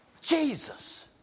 Jesus